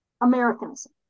Americanism